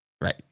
Right